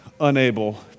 unable